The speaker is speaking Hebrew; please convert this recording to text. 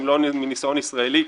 אם לא מניסיון ישראלי,